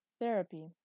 Therapy